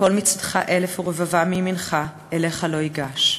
יִפֹּל מצדך אלף ורבבה מימינך, אליך לא יִגש".